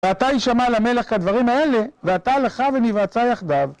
ועתה יישמע למלך כדברים האלה, ועתה לך וניוועצה יחדיו.